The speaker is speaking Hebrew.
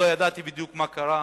לא ידעתי בדיוק מה קרה.